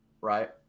right